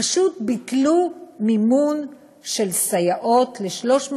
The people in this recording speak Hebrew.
פשוט ביטלו מימון של סייעות ל-350